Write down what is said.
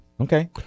Okay